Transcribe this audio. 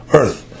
earth